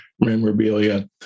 memorabilia